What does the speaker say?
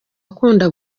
akunda